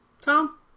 Tom